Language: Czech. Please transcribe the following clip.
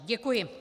Děkuji.